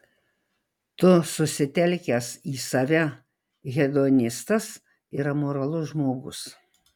tu susitelkęs į save hedonistas ir amoralus žmogus